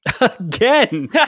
again